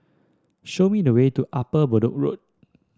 show me the way to Upper Bedok Road